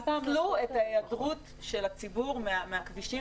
ניצלו את ההיעדרות של הציבור מהכבישים